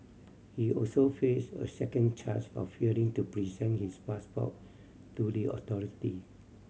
he also face a second charge of failing to present his passport to the authority